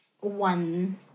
one